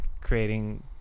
creating